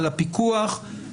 על הפיקוח.